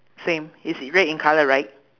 same it's red in colour right